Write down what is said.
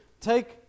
take